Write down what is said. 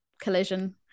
collision